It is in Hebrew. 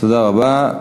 תודה רבה.